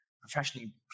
professionally